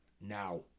now